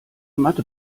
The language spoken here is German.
mathe